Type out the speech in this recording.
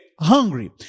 hungry